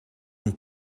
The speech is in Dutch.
een